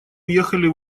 уехали